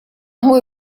мой